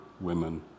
women